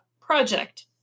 project